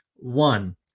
One